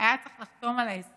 היה צריך לחתום על ההסכם,